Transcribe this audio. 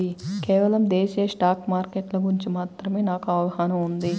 కేవలం దేశీయ స్టాక్ మార్కెట్ల గురించి మాత్రమే నాకు అవగాహనా ఉంది